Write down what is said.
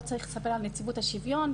לא צריך לספר על נציבות השוויון.